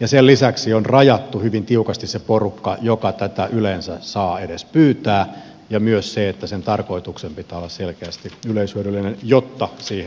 ja sen lisäksi on rajattu hyvin tiukasti se porukka joka tätä yleensä saa edes pyytää ja myös se että sen tarkoituksen pitää olla selkeästi yleishyödyllinen jotta siihen sen luvan saa